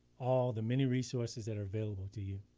all the many resources that are available to you.